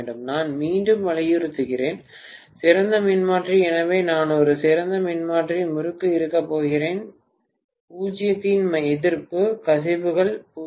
நான் மீண்டும் வலியுறுத்தினேன் சிறந்த மின்மாற்றி எனவே நான் ஒரு சிறந்த மின்மாற்றி முறுக்கு இருக்கப் போகிறேன் 0 இன் எதிர்ப்பு கசிவுகள் 0